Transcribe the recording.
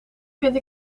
vind